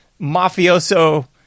mafioso